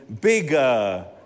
bigger